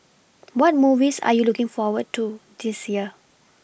what movies are you looking forward to this year